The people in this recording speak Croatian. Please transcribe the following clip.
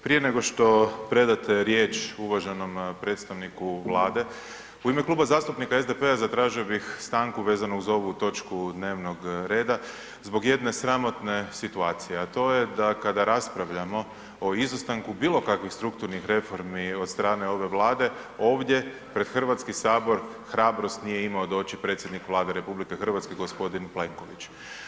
Prije nego što predate riječ uvaženom predstavniku Vlade, u ime Kluba zastupnika SDP-a zatražio bi stanku, vezanu uz ovu točku dnevnog reda, zbog jedne sramotne situacije, a to je da kada raspravljamo o izostanku bilo kakvih strukturnih reformi, od strane ove vlade, ovdje pred Hrvatski sabor, hrabrost nije imao doći predsjednik Vlade RH gospodin Plenković.